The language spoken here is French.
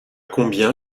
combien